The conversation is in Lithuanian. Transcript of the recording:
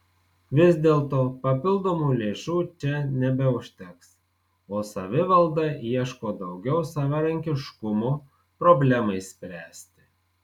vis dėlto papildomų lėšų čia nebeužteks o savivalda ieško daugiau savarankiškumo problemai spręsti